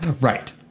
Right